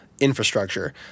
Infrastructure